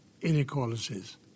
inequalities